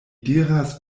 diras